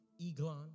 Eglon